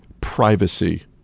privacy